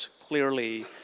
clearly